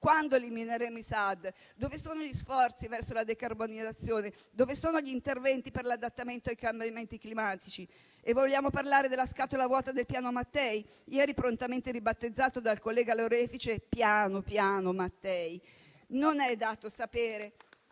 Quando elimineremo i SAD? Dove sono gli sforzi verso la decarbonizzazione? Dove sono gli interventi per l'adattamento ai cambiamenti climatici? Vogliamo parlare poi della scatola vuota del piano Mattei, ieri prontamente ribattezzata dal collega Lorefice "piano piano Mattei"? Non è dato sapere